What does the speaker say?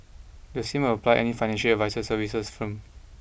the same will apply any financial advisory services firm